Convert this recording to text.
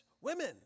women